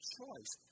choice